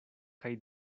kaj